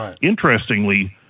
Interestingly